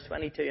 22